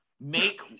make